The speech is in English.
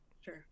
Sure